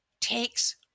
takes